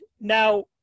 now